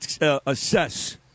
assess